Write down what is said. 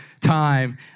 time